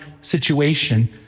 situation